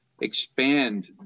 expand